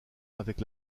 avec